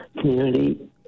community